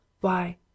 Why